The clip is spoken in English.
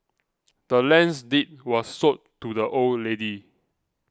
the land's deed was sold to the old lady